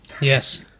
Yes